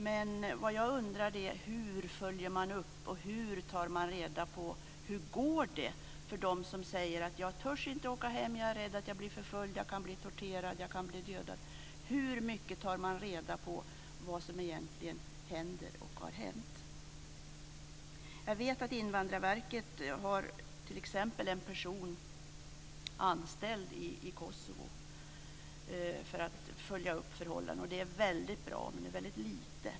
Men jag undrar hur man följer upp och tar reda på hur det går för dem som säger: Jag törs inte åka hem. Jag är rädd att bli förföljd. Jag kan bli torterad. Jag kan bli dödad. Hur mycket tar man reda på vad som egentligen händer och har hänt? Jag vet att Invandrarverket har en person anställd i Kosovo för att följa upp förhållandena. Det är bra, men det är väldigt lite.